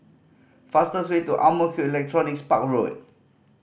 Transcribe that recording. fastest way to Ang Mo Kio Electronics Park Road